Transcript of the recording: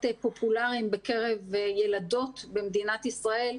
פופולריים בקרב ילדות במדינת ישראל,